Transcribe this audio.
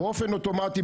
באופן אוטומטי,